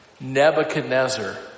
Nebuchadnezzar